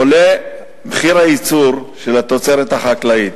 עולה מחיר הייצור של התוצרת החקלאית,